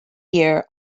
year